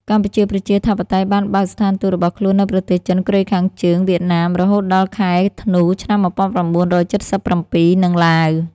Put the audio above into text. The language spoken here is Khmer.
កម្ពុជាប្រជាធិបតេយ្យបានបើកស្ថានទូតរបស់ខ្លួននៅប្រទេសចិន កូរ៉េខាងជើង វៀតណាម (រហូតដល់ខែធ្នូឆ្នាំ ១៩៧៧) និងឡាវ ។